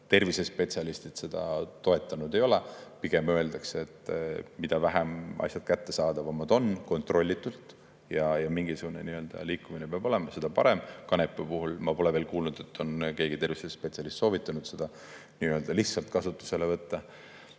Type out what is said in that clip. Tervisespetsialistid seda toetanud ei ole. Pigem öeldakse, et mida vähem kättesaadavad asjad on – kontrollitult mingisugune liikumine peab olema –, seda parem. Kanepi puhul ma pole veel kuulnud, et keegi tervishoiuspetsialistidest oleks soovitanud seda lihtsalt kasutusele võtta.